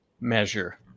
measure